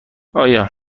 آیا